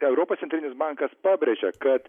europos centrinis bankas pabrėžė kad